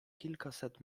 kilkaset